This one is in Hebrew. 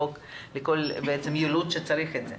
לכל ילוד שצריך את זה.